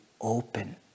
open